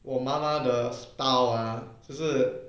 我妈妈的 style ah 就是